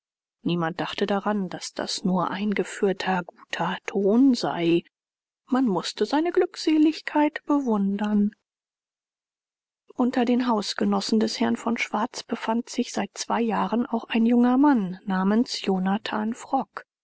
niemand dachte daran daß das nur eingeführter guter ton sei man mußte seine glückseligkeit bewundern unter den hausgenossen des herrn von schwarz befand sich seit zwei jahren auch ein junger mann namens jonathan